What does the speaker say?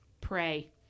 Pray